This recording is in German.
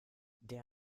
der